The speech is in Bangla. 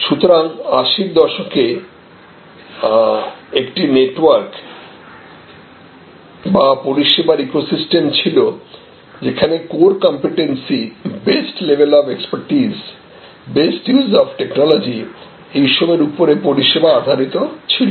সুতরাং 80 এর দশকে একটি নেটওয়ার্ক বা পরিষেবার ইকোসিস্টেম ছিল যেখানে core competency best level of expertise best use of technology এইসবের উপরে পরিষেবা আধারিত ছিল